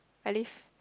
I live